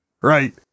Right